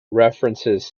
references